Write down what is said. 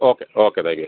okay okay thank you